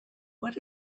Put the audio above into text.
what